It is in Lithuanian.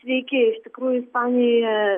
sveiki iš tikrųjų ispanijoje